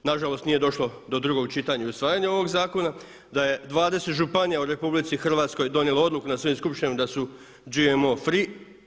Na žalost nije došlo do drugog čitanja u usvajanja ovog zakona, da je 20 županija u RH donijelo odluku na svojim skupštinama da su GMO free.